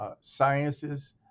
Sciences